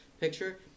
Picture